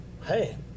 Hey